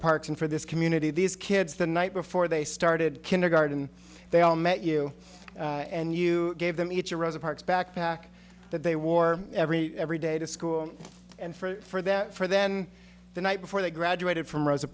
and for this community these kids the night before they started kindergarten they all met you and you gave them each a rosa parks backpack that they wore every every day to school and for that for then the night before they graduated from rosa